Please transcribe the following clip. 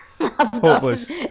Hopeless